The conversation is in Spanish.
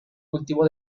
cultivo